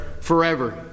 forever